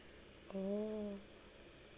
oh